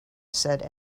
said